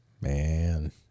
Man